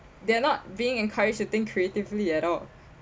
they're not being encouraged to think creatively at all